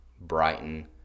Brighton